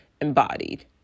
embodied